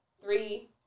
Three